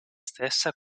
stessa